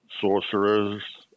sorcerers